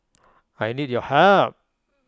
I need your help